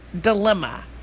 dilemma